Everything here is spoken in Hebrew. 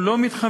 הוא לא מתחמק,